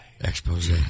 Expose